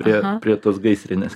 prie prie tos gaisrinės